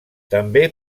també